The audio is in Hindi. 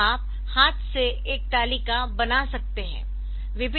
तो आप हाथ से एक तालिका बना सकते है